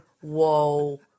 whoa